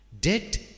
Debt